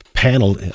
panel